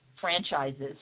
franchises